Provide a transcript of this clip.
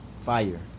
Fire